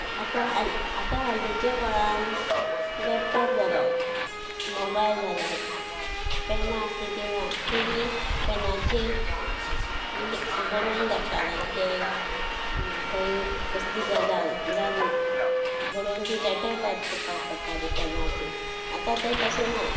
आतां आतां हालींचे काळांत लॅपटोप जाल्यात मोबायल जाल्यात पोनां आसलीं तीं ना पयलीं पेनांचेर बरोवन धाडटाले कितेंय खंयीय कसली गजाल जाल्ली बरोवन ती लेटर टायप करपाक पडटाली पेनांचेर आतां तें तशें ना